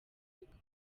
kuvuga